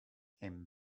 him